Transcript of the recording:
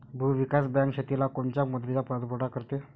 भूविकास बँक शेतीला कोनच्या मुदतीचा कर्जपुरवठा करते?